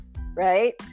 right